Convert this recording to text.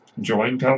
join